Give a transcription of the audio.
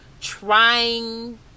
trying